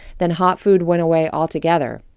then hot food went away altogether.